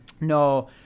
no